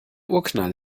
urknall